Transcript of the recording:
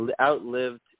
outlived